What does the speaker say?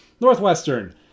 Northwestern